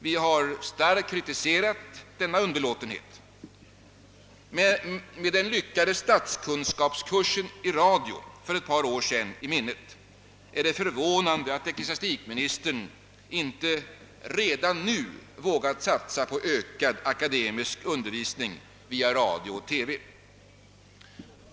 Vi har starkt kritiserat denna underlåtenhet. Med den lyckade statskunskapskursen i radio för ett par år sedan i minnet är det förvånande att ecklesiastikministern inte redan nu vågat satsa på ökad akademisk undervisning via radio och TV.